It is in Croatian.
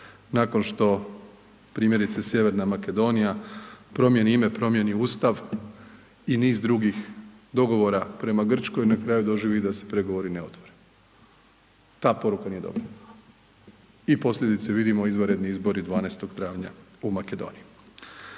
nakon što primjerice Sj. Makedonija promijeni ime, promijeni Ustav i niz drugih dogovora prema Grčkoj, na kraju doživi da se pregovori ne otvore. Ta poruka nije dobra. I posljedice vidimo, izvanredni izbori 12. travnja u Makedoniji.